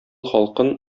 халкын